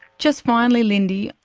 just finally, lindy,